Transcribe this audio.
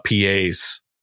PAs